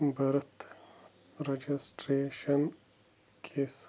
birth registration کِس